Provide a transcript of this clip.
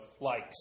likes